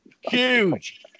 Huge